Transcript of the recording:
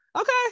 Okay